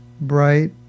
bright